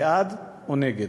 בעד או נגד.